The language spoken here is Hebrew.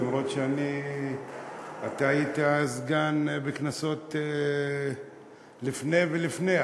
למרות שאתה היית סגן בכנסות לפני ולפני.